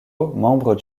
membre